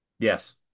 Yes